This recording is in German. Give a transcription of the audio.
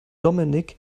dominik